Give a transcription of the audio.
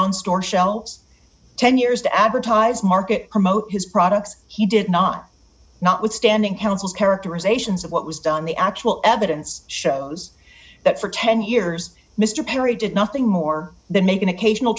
on store shelves ten years to advertise market promote his products he did not notwithstanding help characterizations of what was done the actual evidence shows that for ten years mr perry did nothing more than make an occasional